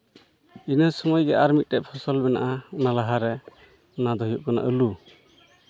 ᱤᱱᱟᱹ ᱥᱚᱢᱚᱭ ᱜᱮ ᱟᱨ ᱢᱤᱫᱴᱮᱱ ᱯᱷᱚᱥᱚᱞ ᱢᱮᱱᱟᱜᱼᱟ ᱚᱱᱟ ᱞᱟᱦᱟᱨᱮ ᱚᱱᱟ ᱫᱚ ᱦᱩᱭᱩᱜ ᱠᱟᱱᱟ ᱟᱹᱞᱩ